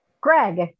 Greg